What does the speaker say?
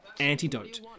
antidote